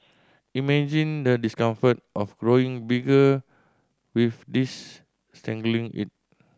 imagine the discomfort of growing bigger with this strangling it